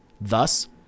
Thus